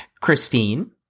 Christine